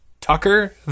Tucker